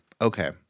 okay